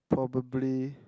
probably